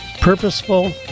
purposeful